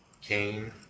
Cain